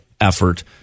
effort